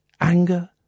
anger